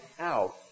out